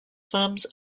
firms